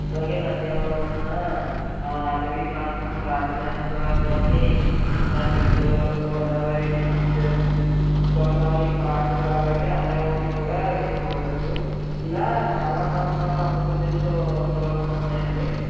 అలాగే నంద్యాలలో ఉన్నా అటవీ ప్రాంతం రాజమహేంద్రవరంలోని ఇస్కాన్ టెంపులు గోదావరి డిస్టిక్టు గోదావరి ఘాటు అలాగే అమరావతి కూడా మీరు చూడోచ్చు ఇలా చాలా ప్రాంతాలు ఆంధ్రప్రదేశ్లో చూడవలసినవి ఉన్నాయండి